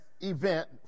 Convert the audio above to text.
event